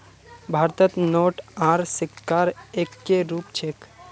भारतत नोट आर सिक्कार एक्के रूप छेक